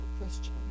Christian